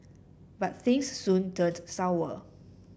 but things soon turned sour